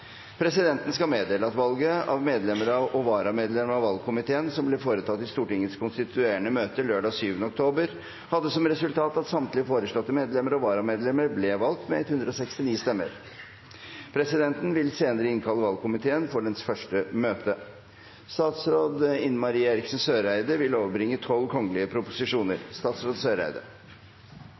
Presidenten skal meddele at valget av medlemmer og varamedlemmer til valgkomiteen, som ble foretatt i Stortingets konstituerende møte lørdag 7. oktober, hadde som resultat at samtlige foreslåtte medlemmer og varamedlemmer ble valgt med 169 stemmer. Presidenten vil senere innkalle valgkomiteen til dens første møte. Statsråd Ine M. Eriksen Søreide overbrakte 12 kgl. proposisjoner: